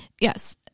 yes